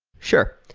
sure.